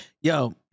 Yo